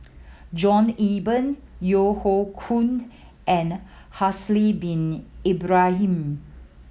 John Eber Yeo Hoe Koon and Haslir Bin Ibrahim